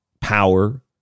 power